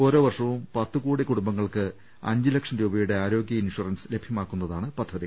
ഓരോ വർഷവും പത്ത് കോടി കുടുംബങ്ങൾക്ക് അഞ്ച് ലക്ഷം രൂപയുടെ ആരോഗൃ ഇൻഷുറൻസ് ലഭ്യമാക്കുന്നതാണ് പദ്ധതി